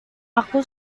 aku